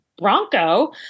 bronco